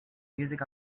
music